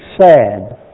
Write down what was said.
sad